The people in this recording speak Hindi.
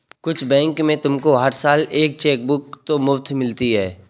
कुछ बैंक में तुमको हर साल एक चेकबुक तो मुफ़्त मिलती है